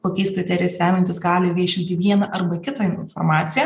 kokiais kriterijais remiantis gali viešinti vieną arba kitą informaciją